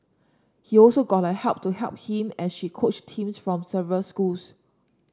he also got her help to help him as she coached teams from several schools